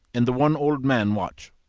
and the one old man watch.